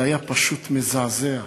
זה היה פשוט מזעזע.